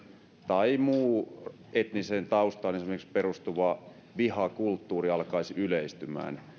tai muu esimerkiksi etniseen taustaan perustuva vihakulttuuri alkaisi yleistymään